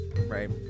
right